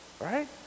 Right